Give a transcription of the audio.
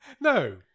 No